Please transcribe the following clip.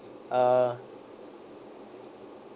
uh